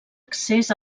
accés